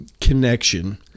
connection